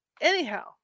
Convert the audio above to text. Anyhow